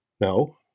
No